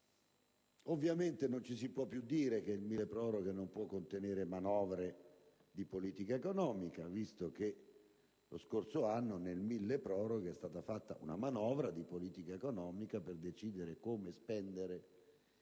Ovviamente non ci si può più dire che il milleproroghe non può contenere manovre di politica economica, visto che lo scorso anno nel milleproroghe è stata fatta una manovra di politica economica per decidere come spendere